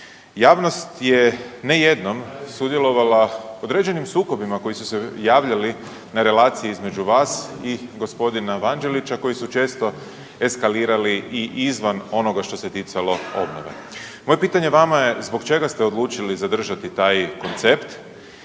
Javnost je, ne jednom, sudjelovala u određenim sukobima koji su se javljali na relaciji između vas i g. Vanđelića koji su često eskalirali i izvan onoga što se ticalo obnove. Moje pitanje vama je zbog čega ste odlučili zadržati taj koncept